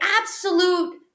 absolute